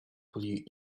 wwe